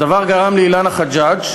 הדבר גרם לאילנה חג'ג'